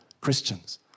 Christians